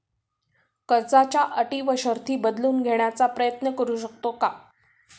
कर्जाच्या अटी व शर्ती बदलून घेण्याचा प्रयत्न करू शकतो का?